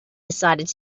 decided